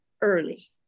early